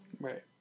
Right